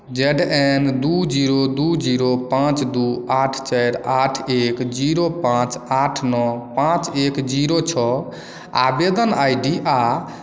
Z N दू zero दू zero पांच दू आठ चारि आठ एक जीरो पांच आठ नओ पांच एक जीरो छओ आवेदन आई डी आ